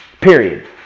Period